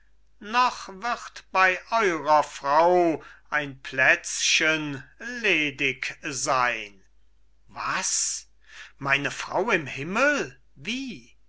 noch wird bei eurer frau ein plätzchen ledig sein was meine frau im himmel wie